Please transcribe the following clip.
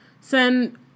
Send